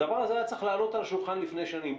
הדבר הזה היה צריך לעלות על השולחן לפני שנים.